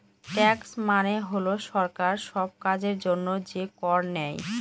tax মানে হল সরকার সব কাজের জন্য যে কর নেয়